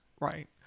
Right